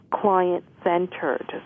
client-centered